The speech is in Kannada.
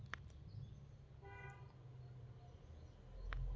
ಎಲ್ಲಾ ಗಾತ್ರದ್ ವ್ಯವಹಾರಕ್ಕ ರಫ್ತು ಲಾಭದಾಯಕವಾಗಿರ್ತೇತಿ